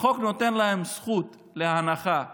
החוק נותן להם זכות להנחה בארנונה,